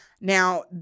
Now